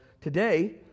today